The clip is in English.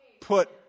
put